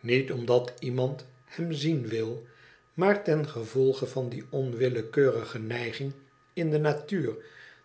niet omdat iemand hem zien wil maar ten gevolge van die onwillekeurige neiging in de natuur